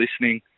listening